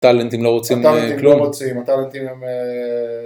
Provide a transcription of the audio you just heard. טלנטים לא רוצים כלום. הטלנטים לא רוצים, הטלנטים הם אהה…